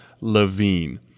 Levine